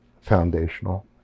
foundational